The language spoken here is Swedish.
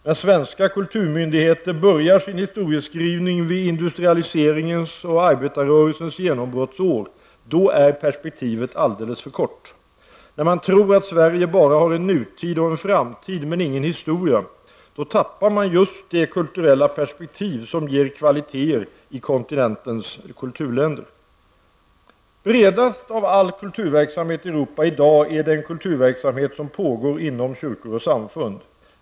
När svenska kulturmyndigheter börjar sin historieskrivning vid industrialiseringens och arbetarrörelsens genombrottsår, då är perspektivet alldeles för kort. När man tror att Sverige bara har en nutid och en framtid, men ingen historia, då tappar man just det kulturella perspektiv som ger kvaliteter i kontinentens kulturländer. Bredast av all kulturverksamhet i Europa i dag är den kulturverksamhet som pågår inom kyrkor och samfund.